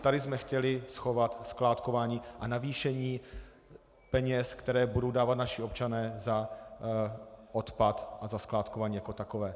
Tady jsme chtěli schovat skládkování a navýšení peněz, které budou dávat naši občané za odpad a za skládkování jako takové.